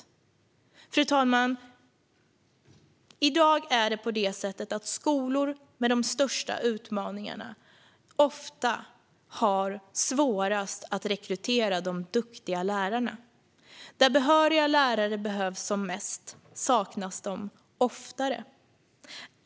Fru talman! I dag är det så att de skolor som har de största utmaningarna ofta har svårast att rekrytera de duktiga lärarna. Där behöriga lärare behövs som mest saknas de oftare.